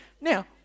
Now